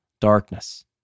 darkness